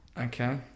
Okay